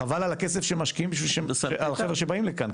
חבל על הכסף שמשקיעים בחבר'ה שבאים לכאן,